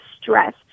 stress